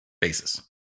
basis